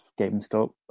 GameStop